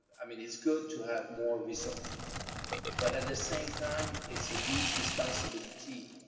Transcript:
i mean it's good to have more result but at the same time, it's a huge responsibility,